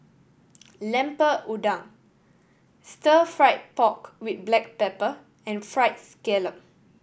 Lemper Udang Stir Fried Pork With Black Pepper and Fried Scallop